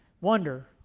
wonder